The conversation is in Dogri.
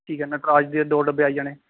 ठीक ऐ नटराज दे दो डब्बे आई जाने